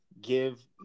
give